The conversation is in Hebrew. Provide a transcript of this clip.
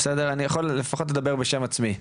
אני יכול לדבר לפחות בשם עצמי,